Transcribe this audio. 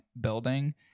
building